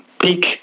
peak